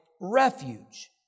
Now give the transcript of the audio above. refuge